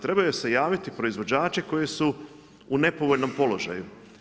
Trebaju se javiti proizvođači koji su u nepovoljnom položaju.